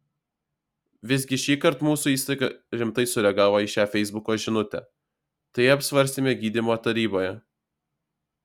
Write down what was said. visgi šįkart mūsų įstaiga rimtai sureagavo į šią feisbuko žinutę tai apsvarstėme gydymo taryboje